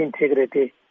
integrity